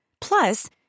Plus